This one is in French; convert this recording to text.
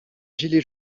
gilets